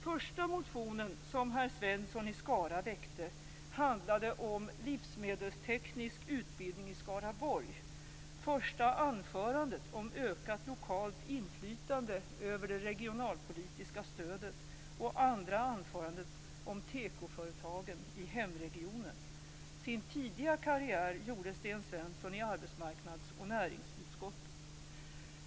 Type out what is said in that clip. Första motionen som herr Svensson i Skara väckte handlade om livsmedelsteknisk utbildning i Skaraborg. Första anförandet handlade om ökat lokalt inflytande över det regionalpolitiska stödet och andra anförandet om tekoföretagen i hemregionen. Sin tidiga karriär gjorde han i arbetsmarknadsutskottet och näringsutskottet.